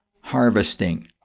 harvesting